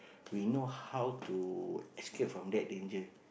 we know how to escape from that danger